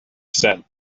sense